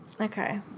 Okay